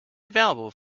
available